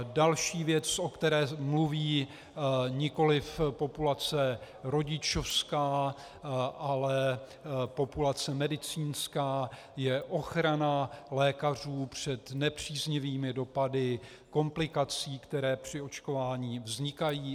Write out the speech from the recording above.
Další věc, o které mluví nikoliv populace rodičovská, ale populace medicínská, je ochrana lékařů před nepříznivými dopady komplikací, které při očkování vznikají.